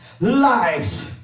lives